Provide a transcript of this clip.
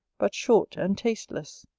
but short and tasteless.